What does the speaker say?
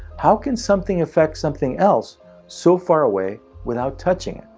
how can something affect something else so far away without touching it?